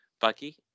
Bucky